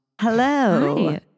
Hello